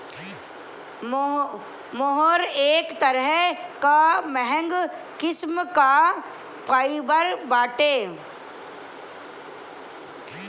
मोहेर एक तरह कअ महंग किस्म कअ फाइबर बाटे